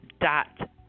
dot